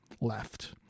left